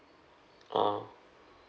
orh